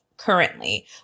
currently